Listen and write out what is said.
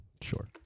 sure